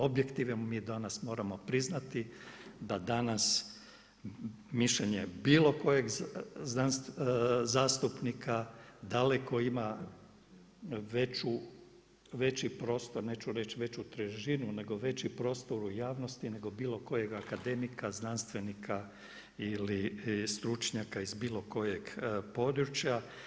Objektivno mi danas moramo priznati da danas mišljenje bilo kojeg zastupnika daleko ima veći prostor, neću reći veću težinu, nego veći prostor u javnosti nego bilo kojeg akademika, znanstvenika ili stručnjaka iz bilo kojeg područja.